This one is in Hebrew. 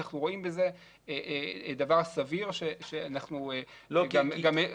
אנחנו רואים בזה דבר סביר שאנחנו גם --- לא,